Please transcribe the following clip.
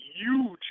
huge